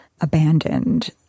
abandoned